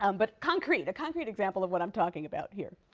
um but concrete a concrete example of what i'm talking about here.